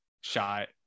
shot